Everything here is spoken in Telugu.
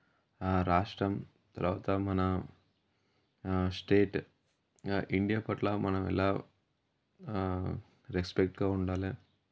రాష్ట్రం తర్వాత మన స్టేట్ ఇండియా పట్ల మనం ఎలా రెస్పెక్ట్గా ఉండాలి